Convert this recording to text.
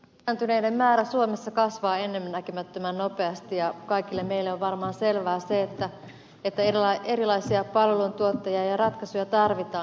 ikääntyneiden määrä suomessa kasvaa ennennäkemättömän nopeasti ja kaikille meille on varmaan selvää se että erilaisia palveluntuottajia ja ratkaisuja tarvitaan